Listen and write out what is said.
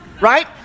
right